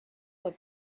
what